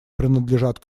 принадлежат